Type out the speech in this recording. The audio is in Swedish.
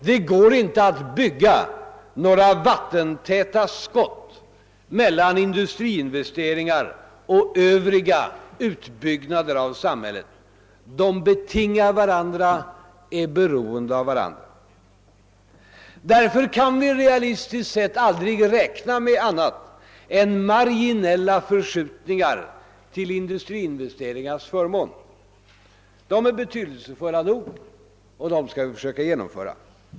Det går inte att inrätta några vattentäta skott mellan industriinvesteringar och övriga utbyggnader i samhället — de betingar varandra, är beroende av var andra. Därför kan vi aldrig räkna realistiskt med annat än marginella förskjutningar till industriinvesteringarnas förmån. De är betydelsefulla nog, och dem skall vi försöka genomföra.